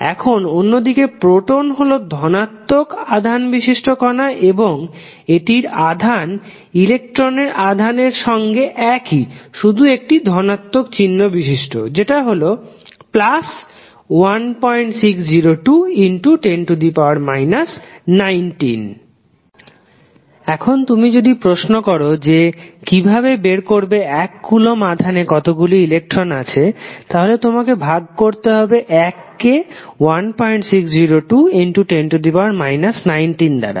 এখন অন্যদিকে প্রোটন ধনাত্মক আধান বিশিষ্ট কণা এবং এটির আধান ইলেকট্রনের আধানের সঙ্গে একই শুধু একটি ধনাত্মক চিহ্ন বিশিষ্ট যেটা হল 160210 19 এখন যদি তুমি প্রশ্ন কর যে কিভাবে বের করবে এক কুলম্ব আধানে কতগুলি ইলেকট্রন আছে তাহলে তোমাকে ভাগ করতে হবে 1 কে 160210 19 দ্বারা